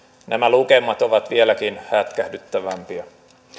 nämä lukemat ovat vieläkin hätkähdyttävämpiä